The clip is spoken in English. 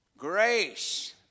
Grace